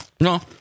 No